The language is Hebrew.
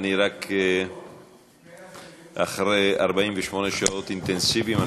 רק אחרי 48 שעות אינטנסיביות,